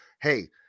hey